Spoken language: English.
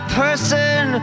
person